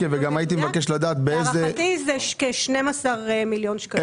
להערכתי זה כ-12 מיליון שקלים.